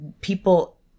people